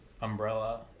Umbrella